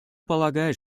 полагает